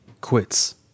quits